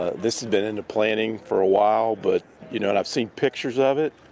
this has been in the planning for a while. but you know and i've seen pictures of it.